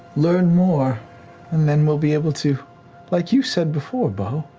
learn more and then we'll be able to like you said before, beau,